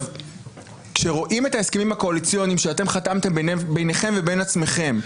כאשר רואים את ההסכמים הקואליציוניים שאתם חתמתם ביניכם לבין עצמכם,